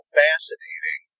fascinating